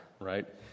right